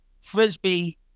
Frisbee